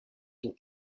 pour